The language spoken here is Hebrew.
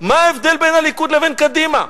מה ההבדל בין הליכוד לקדימה.